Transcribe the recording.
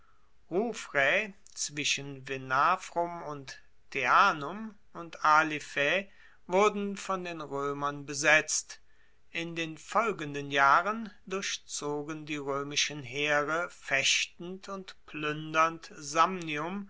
zwischen venafrum und teanum und allifae wurden von den roemern besetzt in den folgenden jahren durchzogen die roemischen heere fechtend und pluendernd